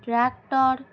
tractor